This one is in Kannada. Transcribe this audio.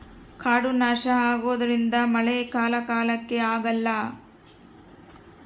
ಕಾಡು ನಾಶ ಆಗೋದ್ರಿಂದ ಮಳೆ ಕಾಲ ಕಾಲಕ್ಕೆ ಆಗಲ್ಲ